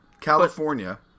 California